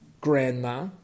grandma